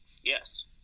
yes